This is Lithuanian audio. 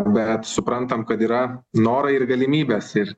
bet suprantam kad yra norai ir galimybės ir